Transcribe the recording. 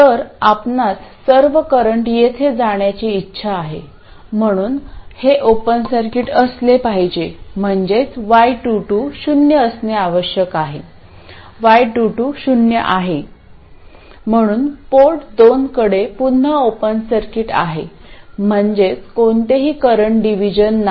तर आपणास सर्व करंट इथे जाण्याची इच्छा आहे म्हणून हे ओपन सर्किट असले पाहिजे म्हणजेच y22 शून्य असणे आवश्यक आहे y22 शून्य आहे म्हणून पोर्ट दोन कडे पुन्हा ओपन सर्किट आहे म्हणजेच कोणतेही करंट डिव्हिजन नाही